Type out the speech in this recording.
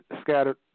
scattered